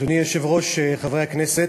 אדוני היושב-ראש, חברי הכנסת,